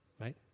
right